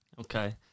Okay